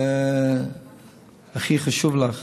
זה הכי חשוב לך.